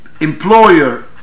employer